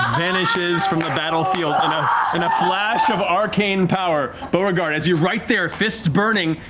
vanishes from the battlefield in a flash of arcane power. beauregard, as you're right there, fists burning,